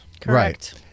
Correct